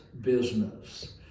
business